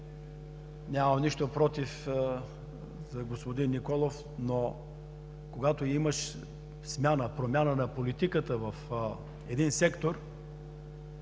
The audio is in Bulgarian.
нямам нищо против господин Николов, но когато имаш промяна на политиката в един сектор,